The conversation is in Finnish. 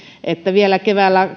että vielä keväällä